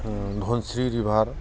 Dhansiri river